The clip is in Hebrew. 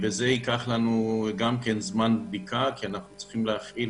זה ייקח לנו זמן בדיקה כי עלינו להפעיל